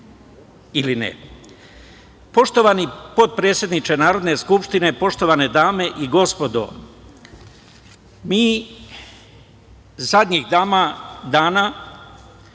ili ne. Poštovani potpredsedniče Narodne skupštine, poštovane dame i gospodo, mi zadnjih dana